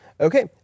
Okay